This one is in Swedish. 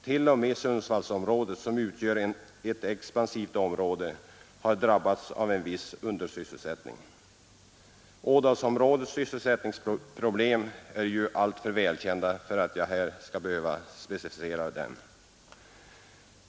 T. o. m. Sundsvallsområ det, som utgör ett expansivt område, har drabbats av en viss undersysselsättning. Ådalsområdets sysselsättningsproblem är ju alltför välkända för att jag här skall behöva specificera dem.